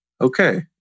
okay